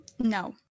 No